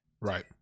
Right